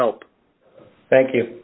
help thank you